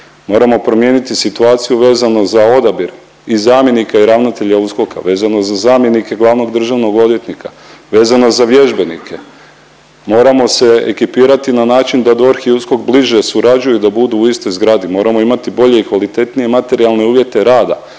moramo promijeniti situaciju vezano za odabir i zamjenika i ravnatelja USKOK-a, vezano za zamjenike glavnog državnog odvjetnika, vezano za vježbenike, moramo se ekipirati na način da DORH i USKOK bliže surađuju, da budu u istoj zgradi, moramo imati bolje i kvalitetnije materijalne uvjete rada,